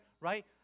right